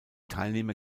teilnehmer